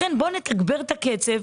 לכן בואו נתגבר את הקצב.